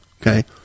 okay